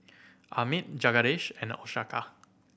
Amit Jagadish and Ashoka